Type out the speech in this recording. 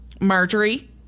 Marjorie